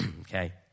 Okay